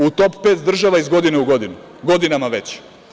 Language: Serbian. U top pet država iz godine u godinu, godinama već.